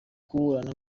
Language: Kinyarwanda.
kuburana